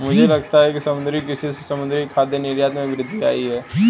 मुझे लगता है समुद्री कृषि से समुद्री खाद्य निर्यात में वृद्धि आयी है